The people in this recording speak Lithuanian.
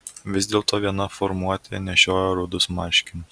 vis dėlto viena formuotė nešiojo rudus marškinius